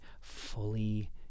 fully